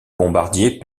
bombardier